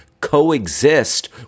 coexist